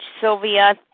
Sylvia